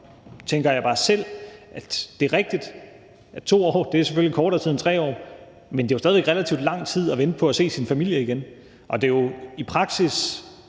tænker jeg selv, at det er rigtigt, at 2 år selvfølgelig er kortere tid end 3 år, men det er jo stadig væk relativt lang tid at vente på at se sin familie igen. I praksis